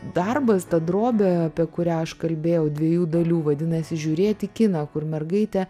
darbas ta drobė apie kurią aš kalbėjau dviejų dalių vadinasi žiūrėti kiną kur mergaitė